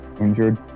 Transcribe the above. injured